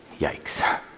Yikes